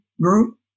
group